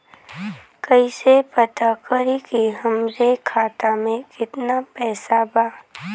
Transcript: कइसे पता करि कि हमरे खाता मे कितना पैसा बा?